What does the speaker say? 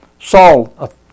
Saul